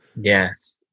Yes